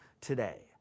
today